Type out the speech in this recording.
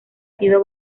sido